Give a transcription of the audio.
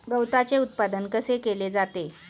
गवताचे उत्पादन कसे केले जाते?